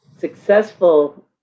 successful